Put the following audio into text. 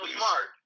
smart